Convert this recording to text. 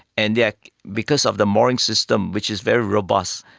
and because of the mooring system which is very robust,